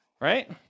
Right